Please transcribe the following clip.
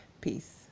Peace